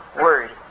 Word